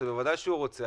ודאי שהוא רוצה,